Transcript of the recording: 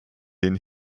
den